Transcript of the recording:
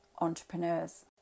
entrepreneurs